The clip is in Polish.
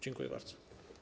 Dziękuję bardzo.